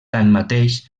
tanmateix